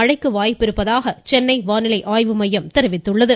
மழைக்கு வாய்ப்பிருப்பதாக சென்னை வானிலை ஆய்வு மையம் தெரிவித்துள்ளது